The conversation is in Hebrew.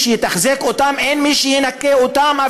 שיתחזק אותם ואין אפילו מי שינקה אותם.